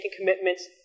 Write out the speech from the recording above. commitments